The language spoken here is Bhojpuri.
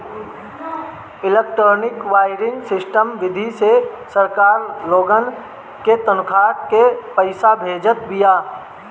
इलेक्ट्रोनिक क्लीयरिंग सिस्टम विधि से सरकार लोगन के तनखा के पईसा भेजत बिया